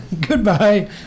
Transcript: Goodbye